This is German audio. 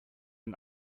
den